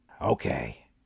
Okay